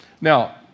Now